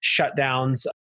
shutdowns